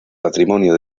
patrimonio